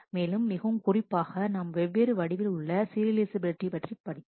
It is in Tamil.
மேலும் மிகவும் குறிப்பாக நாம் வெவ்வேறு வடிவில் உள்ள சீரியலைஃசபிலிட்டி பற்றி படித்தோம்